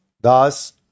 Thus